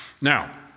now